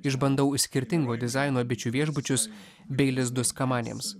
išbandau skirtingo dizaino bičių viešbučius bei lizdus kamanėms